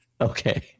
Okay